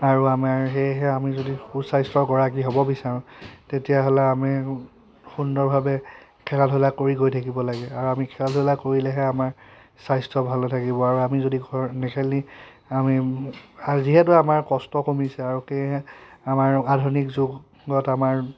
আৰু আমাৰ সেয়েহে আমি যদি সু স্বাস্থ্যৰ গৰাকী হ'ব বিচাৰো তেতিয়াহ'লে আমি সুন্দৰভাৱে খেলা ধূলা কৰি গৈ থাকিব লাগে আৰু আমি খেলা ধূলা কৰিলেহে আমাৰ স্বাস্থ্য ভালে থাকিব আৰু আমি যদি ঘৰত নেখেলি আমি যিহেতু আমাৰ কষ্ট কমিছে আৰু সেয়েহে আমাৰ আধুনিক যুগত আমাৰ